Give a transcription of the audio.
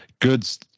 goods